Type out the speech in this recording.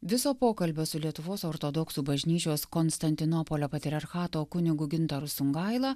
viso pokalbio su lietuvos ortodoksų bažnyčios konstantinopolio patriarchato kunigu gintaru sungaila